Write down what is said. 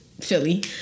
Philly